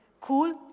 cool